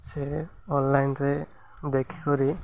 ସେ ଅନଲାଇନ୍ରେ ଦେଖି କରି